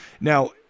Now